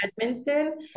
Edmondson